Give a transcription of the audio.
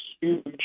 huge